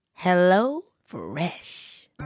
HelloFresh